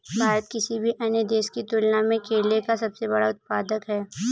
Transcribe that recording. भारत किसी भी अन्य देश की तुलना में केले का सबसे बड़ा उत्पादक है